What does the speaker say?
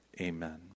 Amen